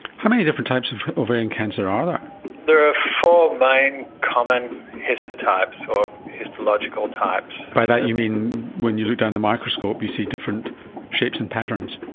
how many different types of ovarian cancer are there? there are four main common histotypes, or histological types. by that you mean when you looked down the microscope you see different shapes and patterns?